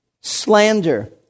slander